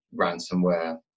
ransomware